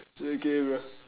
it's okay bro